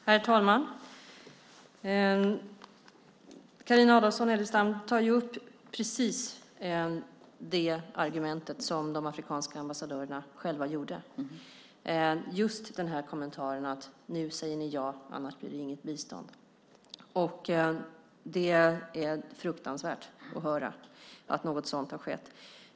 Herr talman! Carina Adolfsson Elgestam tar upp precis det argument som de afrikanska ambassadörerna själva tog upp, just den kommentaren: Nu säger ni ja, annars blir det inget bistånd! Det är fruktansvärt att höra att något sådant har skett.